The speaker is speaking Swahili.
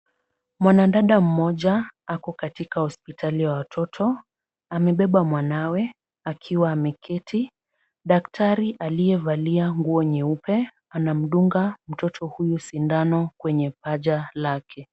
Mwanadada mmoja ako katika hospitali ya watoto, amebeba mwanawe akiwa ameketi. Daktari aliyevalia nguo nyeupe anamdunga mtoto huyo sindano kwenye paja lake.